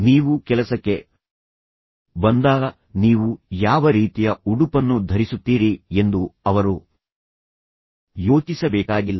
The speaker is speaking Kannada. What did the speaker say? ನೀವು ಕೆಲಸಕ್ಕೆ ಬಂದಾಗ ನೀವು ಯಾವ ರೀತಿಯ ಉಡುಪನ್ನು ಧರಿಸುತ್ತೀರಿ ಎಂದು ಅವರು ಯೋಚಿಸಬೇಕಾಗಿಲ್ಲ